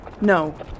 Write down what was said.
No